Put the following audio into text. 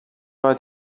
bat